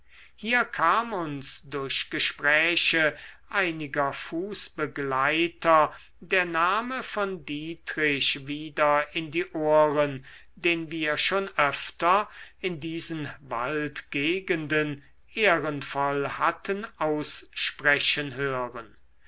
hier kam uns durch gespräche einiger fußbegleiter der name von dietrich wieder in die ohren den wir schon öfter in diesen waldgegenden ehrenvoll hatten aussprechen hören